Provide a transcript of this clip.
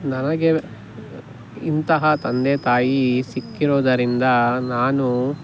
ನನಗೆ ಇಂತಹ ತಂದೆ ತಾಯಿ ಸಿಕ್ಕಿರೋದರಿಂದ ನಾನು